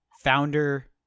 founder